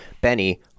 Benny